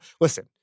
Listen